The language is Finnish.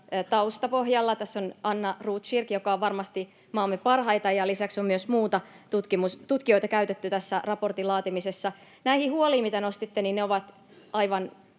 pohjalla: Anna Rotkirch on varmasti maamme parhaita, ja lisäksi on myös muita tutkijoita käytetty raportin laatimisessa. Mitä tulee näihin huoliin, mitä nostitte, niin ne ovat aivan